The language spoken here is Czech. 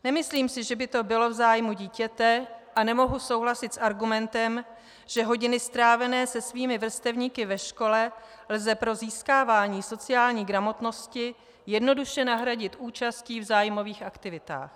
Nemyslím si, že by to bylo v zájmu dítěte, a nemohu souhlasit s argumentem, že hodiny strávené se svými vrstevníky ve škole lze pro získávání sociální gramotnosti jednoduše nahradit účastí v zájmových aktivitách.